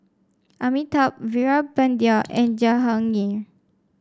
Amitabh Veerapandiya and Jahangir